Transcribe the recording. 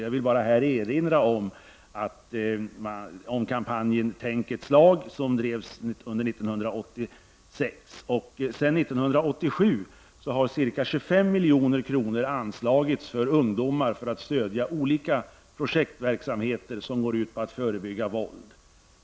Jag vill här endast erinra om kampanjen Tänk ett slag, som drevs under 1986. Sedan 1987 har ca 25 milj.kr. anslagits för ungdomar i syfte att stödja olika projektverksamheter som går ut på att förebygga våld.